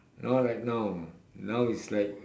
no right now now is right